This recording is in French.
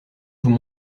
vous